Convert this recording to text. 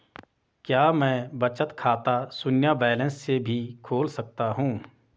क्या मैं बचत खाता शून्य बैलेंस से भी खोल सकता हूँ?